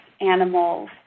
animals